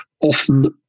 often